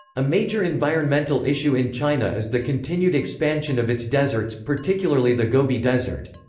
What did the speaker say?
a major environmental issue in china is the continued expansion of its deserts, particularly the gobi desert.